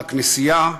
לכנסייה,